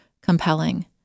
compelling